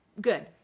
good